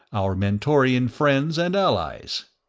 our mentorian friends and allies.